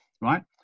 right